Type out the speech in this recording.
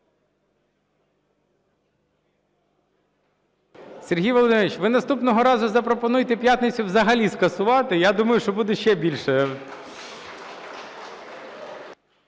Сергій Володимирович, ви наступного разу запропонуйте п'ятницю взагалі скасувати. Я думаю, що буде ще більше...